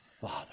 Father